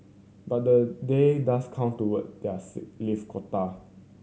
but the day does count toward their sick leave quota